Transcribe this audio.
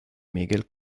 miguel